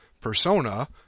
persona